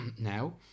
now